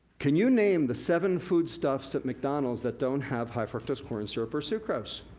can you name the seven foodstuffs at mcdonald's that don't have high fructose corn syrup or sucrose?